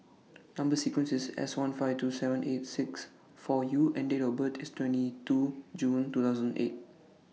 Number sequence IS S one five two seven eight six four U and Date of birth IS twenty two June two thousand and eight